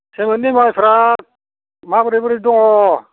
देग्लायनि माइफोरा माबोरै माबोरै दङ